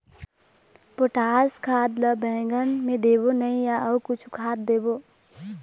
Potash खाद ला बैंगन मे देबो नई या अऊ कुछू खाद देबो?